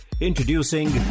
Introducing